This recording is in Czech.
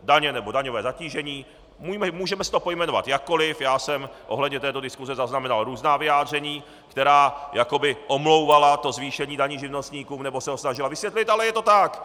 Daně nebo daňové zatížení, můžeme si to pojmenovat jakkoli, já jsem ohledně této diskuse zaznamenal různá vyjádření, která jako by omlouvala zvýšení daní živnostníkům, nebo se ho snažila vysvětlit, ale je to tak.